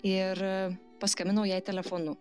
ir paskambinau jai telefonu